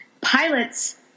pilots